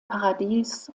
paradies